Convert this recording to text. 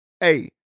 hey